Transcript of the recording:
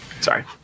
Sorry